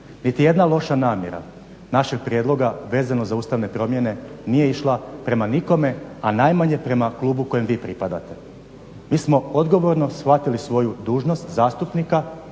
Nitijedna loša namjera našeg prijedloga vezano za ustavne promjene nije išla prema nikome, a najmanje prema klubu kojem vi pripadate. Mi smo odgovorno shvatili svoju dužnost zastupnika